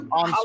on